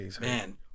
man